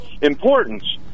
importance